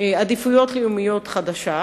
עדיפויות לאומיות חדשה,